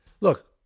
Look